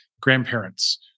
grandparents